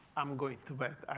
i'm going to bed.